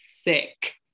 sick